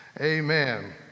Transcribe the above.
amen